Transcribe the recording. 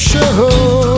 Show